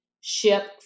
ship